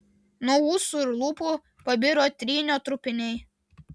nuo ūsų ir lūpų pabiro trynio trupiniai